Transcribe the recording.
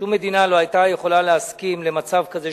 שום מדינה לא היתה יכולה להסכים למצב כזה,